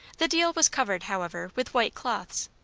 the deal was covered, however, with white cloths.